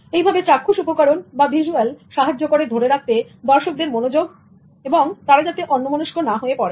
এইভাবে চাক্ষুষ উপকরণ বা ভিজুয়াল সাহায্য করে ধরে রাখতে দর্শকদের মনোযোগ তারা যাতে অন্যমনস্ক না হয়ে পড়েন